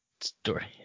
story